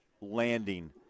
landing